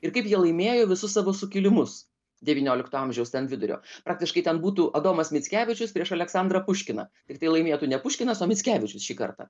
ir kaip jie laimėjo visus savo sukilimus devyniolikto amžiaus vidurio praktiškai ten būtų adomas mickevičius prieš aleksandrą puškiną tiktai laimėtų ne puškinas o mickevičius šį kartą